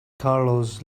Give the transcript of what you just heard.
carlos